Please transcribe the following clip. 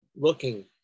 Looking